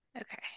Okay